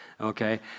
Okay